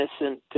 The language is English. innocent